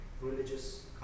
religious